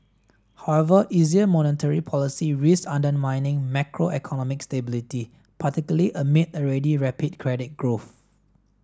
however easier monetary policy risks undermining macroeconomic stability particularly amid already rapid credit growth